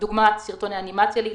דוגמת סרטוני אנימציה לילדים,